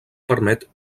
permet